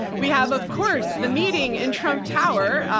we have of course, the meeting in trump tower, ah,